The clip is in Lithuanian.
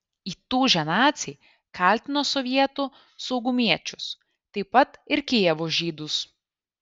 įtūžę naciai kaltino sovietų saugumiečius taip pat ir kijevo žydus